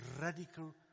radical